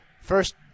First